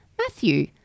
Matthew